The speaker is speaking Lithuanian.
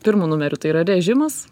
pirmu numeriu tai yra režimas